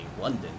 London